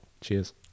Cheers